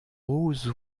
rose